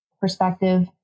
perspective